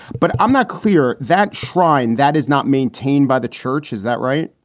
but i'm not clear that shrine that is not maintained by the church. is that right?